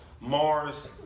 Mars